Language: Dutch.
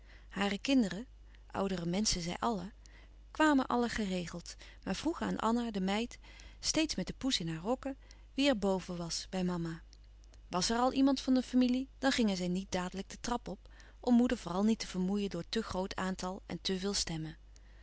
hare kinderen oudere menschen zij allen kwamen allen geregeld maar vroegen aan anna de meid steeds met de poes in haar rokken wie er boven was bij mama was er al iemand van de familie dan gingen zij niet dadelijk de trap op om moeder vooral niet te vermoeien door te groot aantal en te veel stemmen